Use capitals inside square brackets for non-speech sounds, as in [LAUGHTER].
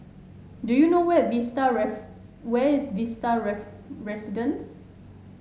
do you know where Vista where is Vista [UNINTELLIGIBLE] Residences